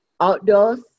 outdoors